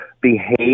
behave